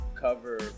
cover